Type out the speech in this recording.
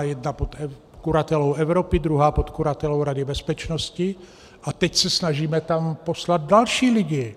Jedna pod kuratelou Evropy, druhá pod kuratelou Rady bezpečnosti a teď se snažíme tam poslat další lidi.